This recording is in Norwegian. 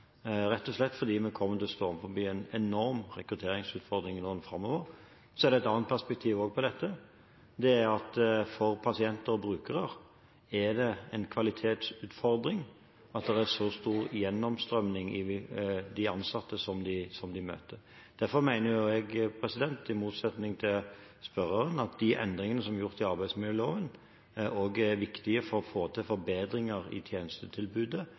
å stå overfor en enorm rekrutteringsutfordring i årene framover. Det er også et annet perspektiv på dette, det er at for pasienter og brukere er det en kvalitetsutfordring at de møter en så stor gjennomstrømning blant ansatte. Derfor mener jeg, i motsetning til spørreren, at de endringene som er gjort i arbeidsmiljøloven, også er viktige for å få til forbedringer i tjenestetilbudet